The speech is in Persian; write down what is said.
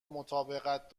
مطابقت